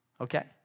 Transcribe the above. okay